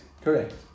correct